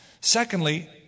Secondly